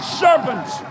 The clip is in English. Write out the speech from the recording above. serpents